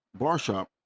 Barshop